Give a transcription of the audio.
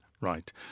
right